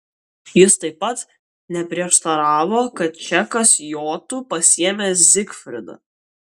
jis taip pat neprieštaravo kad čekas jotų pasiėmęs zigfridą